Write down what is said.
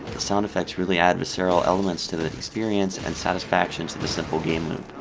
the sound effects really add visceral elements to the experience and satisfaction to the simple game loop.